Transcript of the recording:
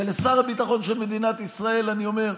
ולשר הביטחון של מדינת ישראל אני אומר: